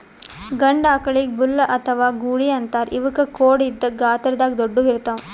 ಗಂಡ ಆಕಳಿಗ್ ಬುಲ್ ಅಥವಾ ಗೂಳಿ ಅಂತಾರ್ ಇವಕ್ಕ್ ಖೋಡ್ ಇದ್ದ್ ಗಾತ್ರದಾಗ್ ದೊಡ್ಡುವ್ ಇರ್ತವ್